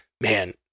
Man